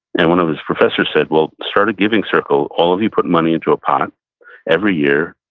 and one of his professors said, well start a giving circle. all of you put money into a pot every year,